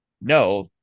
no